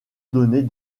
donner